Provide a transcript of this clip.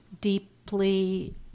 deeply